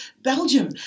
Belgium